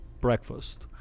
breakfast